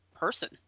Person